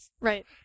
Right